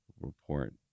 report